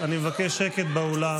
עשית מספיק כבר.